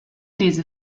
lese